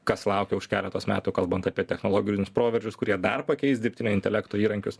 kas laukia už keletos metų kalbant apie technologinius proveržius kurie dar pakeis dirbtinio intelekto įrankius